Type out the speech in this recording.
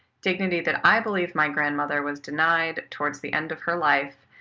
dignity that i believe my grandmother was denied towards the end of her life,